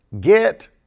get